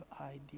idea